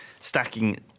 stacking